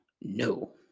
No